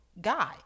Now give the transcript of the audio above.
guy